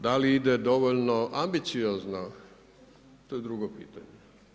Da li ide dovoljno ambiciozno to je drugo pitanje.